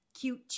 cute